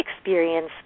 experience